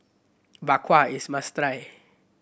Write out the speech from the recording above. Bak Kwa is must try